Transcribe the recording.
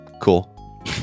Cool